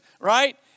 right